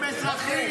הם אזרחים.